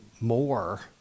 more